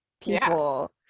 people